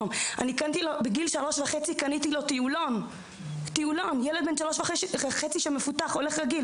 בגיל 3.5 קניתי לו טיולון למרות שהוא מפותח והולך רגיל